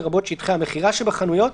לרבות שטחי המכירה שבחנויות,